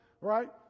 right